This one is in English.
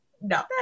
no